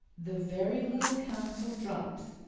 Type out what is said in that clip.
the very little counsel drops,